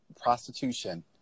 prostitution